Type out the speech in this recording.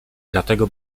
dlatego